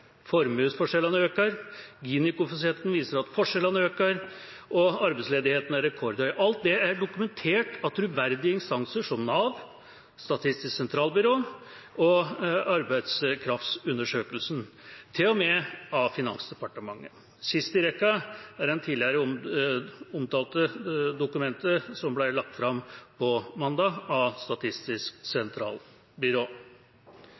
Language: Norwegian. formuesforskjellene øker, Gini-koeffisienten viser at forskjellene øker, og arbeidsledigheten er rekordhøy. Alt dette er dokumentert av troverdige instanser som Nav, Statistisk sentralbyrå og Arbeidskraftundersøkelsen – til og med av Finansdepartementet. Sist i rekka er det tidligere omtalte dokumentet som ble lagt fram mandag av Statistisk